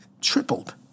tripled